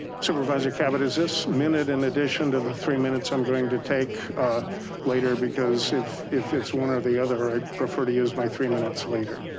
supervisor caput is this minute in addition to the three minutes, i'm going to take a later because if if it's one or the other, i prefer to use my three minutes later.